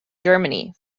germany